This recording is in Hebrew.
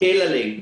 שיסתכל עלינו,